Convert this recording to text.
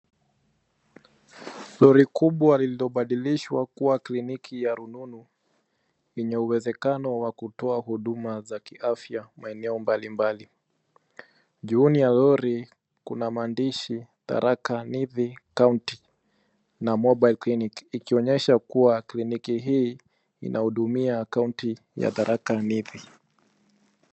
Lori kubwa lililobadilishwa kuwa kliniki ya rununu yenye uwezekano wa kutoa huduma za kiafya maeneo mbalimbali. Juu ya lori, kuna maandishi THARAKANITHI COUNTY na MOBILE CLINIC ikionyesha kuwa kliniki hii inahudumia kaunti ya Tharakanithi.